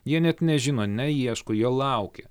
jie net nežino neieško jie laukia